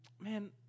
man